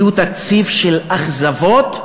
הוא תקציב של אכזבות.